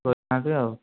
କରିଥାନ୍ତି ଆଉ